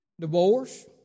divorce